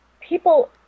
people